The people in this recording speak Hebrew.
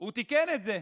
הוא תיקן את זה.